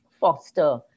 foster